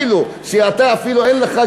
כשאתה אפילו אין לך,